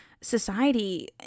society